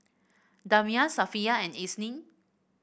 Damia Safiya and Isnin